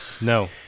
No